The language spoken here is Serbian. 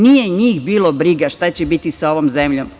Nije njih bilo briga šta će biti sa ovom zemljom.